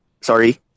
Sorry